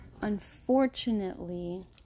Unfortunately